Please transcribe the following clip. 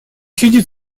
сидит